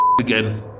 again